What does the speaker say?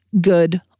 good